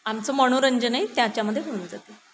आमचं मनोरंजनही त्याच्यामध्ये होऊन जाते